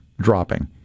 dropping